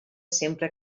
sempre